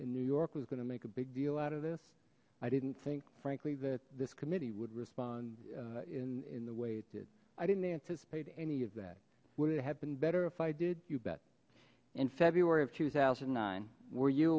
in new york was going to make a big deal out of this i didn't think frankly that this committee would respond in in the way did i didn't anticipate any of that would have been better if i did you bet in february of two thousand and nine were you